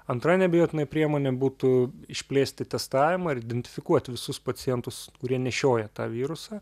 antra neabejotinai priemonė būtų išplėsti testavimą ir identifikuoti visus pacientus kurie nešioja tą virusą